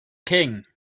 king